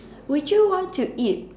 would you want to eat